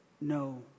no